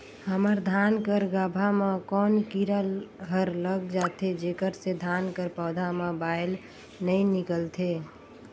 हमर धान कर गाभा म कौन कीरा हर लग जाथे जेकर से धान कर पौधा म बाएल नइ निकलथे?